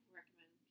recommend